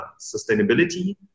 sustainability